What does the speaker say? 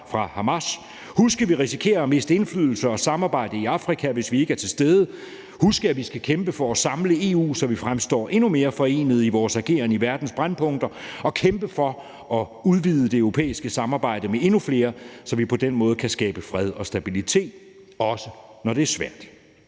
fra Hamas, huske, at vi risikerer at miste indflydelse og samarbejde i Afrika, hvis vi ikke er til stede, og huske, at vi skal kæmpe for at samle EU, så vi fremstår endnu mere forenet i vores ageren i verdens brændpunkter, og kæmpe for at udvide det europæiske samarbejde med endnu flere, så vi på den måde kan skabe fred og stabilitet, også når det er svært.